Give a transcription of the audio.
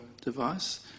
device